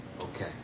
Okay